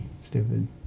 Stupid